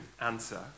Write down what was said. answer